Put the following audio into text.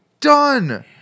done